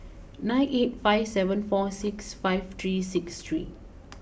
nine eight five seven four six five three six three